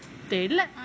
தெரில:terila